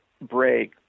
break